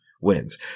wins